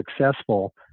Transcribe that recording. successful